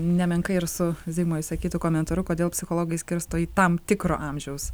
nemenkai ir su zigmo išsakytu komentaru kodėl psichologai skirsto į tam tikro amžiaus